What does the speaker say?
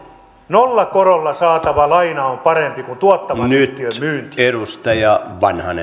nollakorolla saatava laina on parempi kuin tuottavan yhtiön myynti